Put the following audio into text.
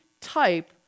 type